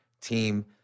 team